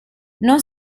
non